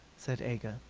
said aga.